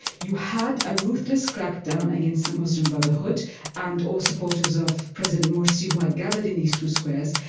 you had a ruthless crackdown against the muslim brotherhood and all supporters of president morsi who had gathered in these two squares,